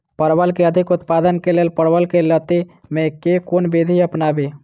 परवल केँ अधिक उत्पादन केँ लेल परवल केँ लती मे केँ कुन विधि अपनाबी?